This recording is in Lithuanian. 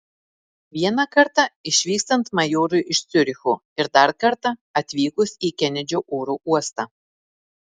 vieną kartą išvykstant majorui iš ciuricho ir dar kartą atvykus į kenedžio oro uostą